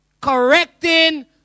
correcting